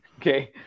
Okay